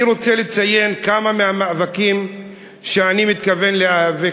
אני רוצה לציין כמה מהמאבקים שאני מתכוון להיאבק,